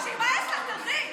כשיימאס לך תלכי.